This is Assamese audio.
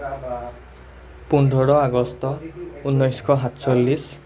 পোন্ধৰ আগষ্ট ঊনৈছশ সাতচল্লিছ